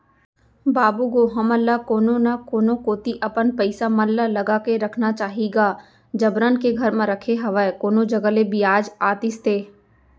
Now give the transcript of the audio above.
बाबू गो हमन ल कोनो न कोनो कोती अपन पइसा मन ल लगा के रखना चाही गा जबरन के घर म रखे हवय कोनो जघा ले बियाज आतिस ते